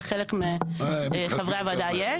לחלק מחברי הוועדה יש.